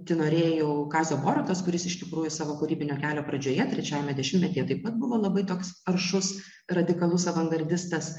tenorėjau kazio borutos kuris iš tikrųjų savo kūrybinio kelio pradžioje trečiajame dešimtmetyje taip pat buvo labai toks aršus radikalus avangardistas